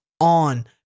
on